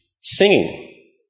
singing